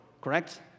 correct